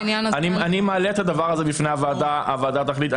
אני מעלה את הדבר הזה בפני הוועדה והוועדה תחליט.